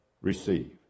receive